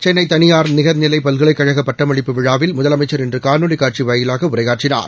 சென்னை தனியார் நிகர்நிலை பல்கலைக் கழக பட்டமளிப்பு விழாவில் முதலமைச்சா் இன்று காணொலி காட்சி வாயிலாக உரையாற்றினார்